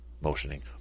motioning